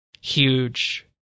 huge